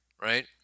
right